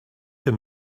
him